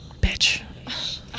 bitch